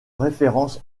référence